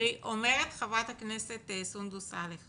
אומרת ח"כ סונדוס סאלח